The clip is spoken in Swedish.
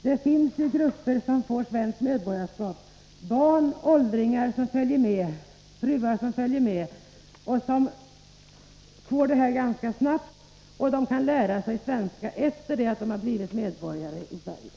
Det finns ju grupper som får svenskt medborgarskap — barn, åldringar och fruar som följer med — och får det ganska snabbt. De kan lära sig svenska efter det att de blivit medborgare i Sverige.